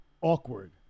awkward